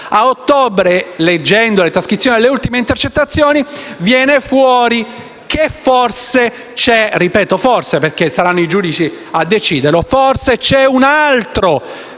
di ottobre, leggendo le trascrizioni delle ultime intercettazioni, emerge che forse - ripeto, forse, perché saranno i giudice a deciderlo - c'è un altro